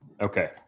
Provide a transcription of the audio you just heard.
Okay